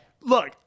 Look